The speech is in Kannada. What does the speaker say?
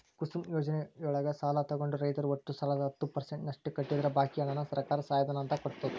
ಕುಸುಮ್ ಯೋಜನೆಯೊಳಗ ಸಾಲ ತೊಗೊಂಡ ರೈತರು ಒಟ್ಟು ಸಾಲದ ಹತ್ತ ಪರ್ಸೆಂಟನಷ್ಟ ಕಟ್ಟಿದ್ರ ಬಾಕಿ ಹಣಾನ ಸರ್ಕಾರ ಸಹಾಯಧನ ಅಂತ ಕೊಡ್ತೇತಿ